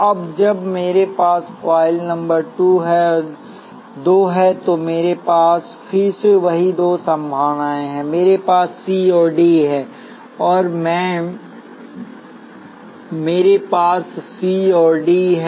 अब जब मेरे पास कॉइल नंबर 2 है तो मेरे पास फिर से वही दो संभावनाएं हैं मेरे पास सी और डी है